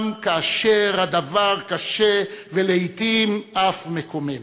גם כאשר הדבר קשה, ולעתים אף מקומם.